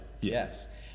Yes